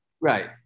Right